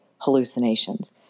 hallucinations